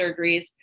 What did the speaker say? surgeries